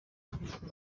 yamfashe